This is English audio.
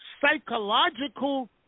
psychological